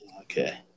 Okay